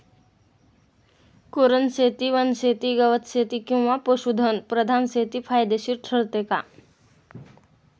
कुरणशेती, वनशेती, गवतशेती किंवा पशुधन प्रधान शेती फायदेशीर ठरते का?